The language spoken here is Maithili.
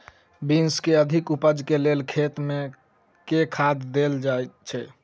बीन्स केँ अधिक उपज केँ लेल खेत मे केँ खाद देल जाए छैय?